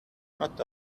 not